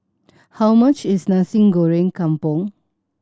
how much is Nasi Goreng Kampung